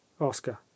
Oscar